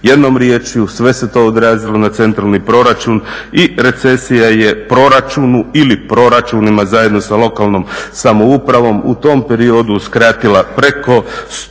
Jednom rječju, sve se to odrazilo na centralni proračun i recesija je proračunu ili proračunima zajedno sa lokalnom samoupravom u tom periodu skratila preko 100